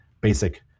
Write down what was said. basic